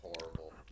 horrible